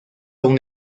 aún